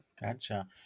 Gotcha